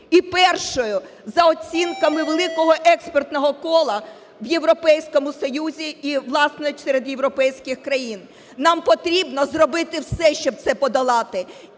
і першою, за оцінками великого експертного кола, в Європейському Союзі і, власне, серед європейських країн. Нам потрібно зробити все, щоб це подолати.